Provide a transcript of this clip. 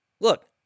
Look